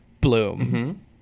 Bloom